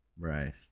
Right